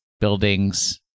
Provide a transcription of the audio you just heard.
buildings